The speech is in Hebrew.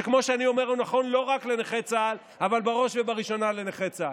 שכמו שאני אומר הוא נכון לא רק לנכי צה"ל אבל בראש ובראשונה לנכי צה"ל: